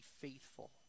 faithful